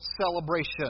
celebration